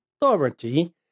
Authority